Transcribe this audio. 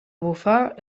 bufar